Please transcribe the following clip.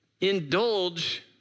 Indulge